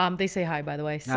um they say hi, by the way.